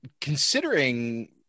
considering